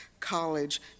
College